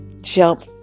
Jump